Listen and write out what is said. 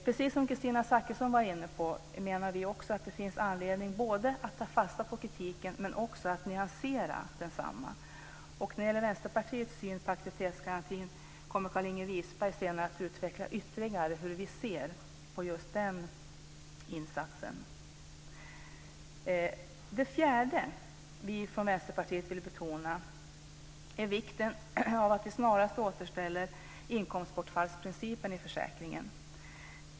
Precis som Kristina Zakrisson var inne på menar vi att det finns anledning att ta fasta på kritiken men också att nyansera densamma. När det gäller Vänsterpartiets syn på aktivitetsgarantin kommer Carlinge Wisberg senare att utveckla ytterligare hur vi ser på just den insatsen. Det fjärde vi i Vänsterpartiet vill betona är vikten av att vi snarast återställer inkomstbortfallsprincipen i försäkringen.